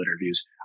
interviews